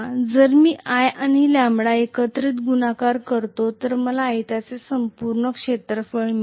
जर मी i आणि λ एकत्रित गुणाकार करतो तर मला आयताचे संपूर्ण क्षेत्र मिळेल